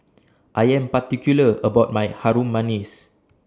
I Am particular about My Harum Manis